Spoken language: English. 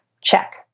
Check